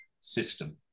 system